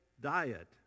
diet